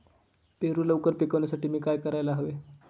पेरू लवकर पिकवण्यासाठी मी काय करायला हवे?